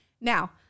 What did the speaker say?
Now